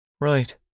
right